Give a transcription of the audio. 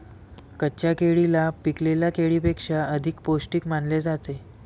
कच्च्या केळीला पिकलेल्या केळीपेक्षा अधिक पोस्टिक मानले जाते